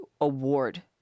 Award